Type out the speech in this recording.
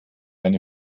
eine